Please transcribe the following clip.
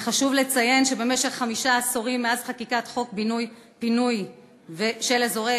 וחשוב לציין שבמשך חמישה עשורים מאז חקיקת חוק בינוי ופינוי של אזורי